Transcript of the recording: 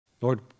Lord